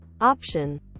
option